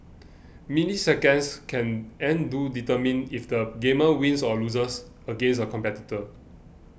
milliseconds can and do determine if the gamer wins or loses against a competitor